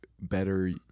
better